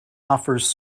offers